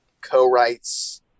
co-writes